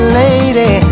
lady